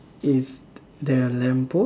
is there a lamp post